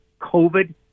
COVID